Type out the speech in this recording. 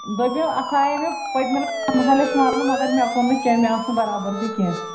دوٚپیو اَتھ آیے مےٚ پٔتۍمہِ پنٛدہَے لَچھ مَرلہٕ مگر مےٚ کُن نہٕ کیٚنٛہہ مےٚ ٲس نہٕ برابٔردی کیٚنٛہہ